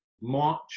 March